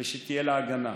ותהיה לה הגנה.